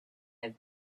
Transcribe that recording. have